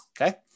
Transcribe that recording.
okay